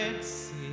see